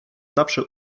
zawsze